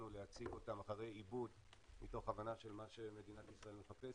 להציב אותם אחרי עיבוד מתוך הבנה של מה שמדינת ישראל מחפשת,